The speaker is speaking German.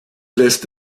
lässt